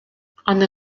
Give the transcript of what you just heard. аны